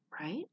right